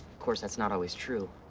course, that's not always true.